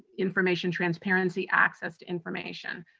information transparency, access to information.